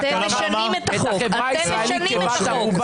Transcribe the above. לאן אתם רוצים לקחת את החברה הישראלית כבת ערובה?